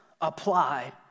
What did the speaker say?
apply